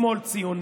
הם שמאל ציוני,